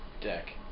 deck